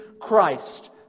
Christ